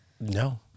No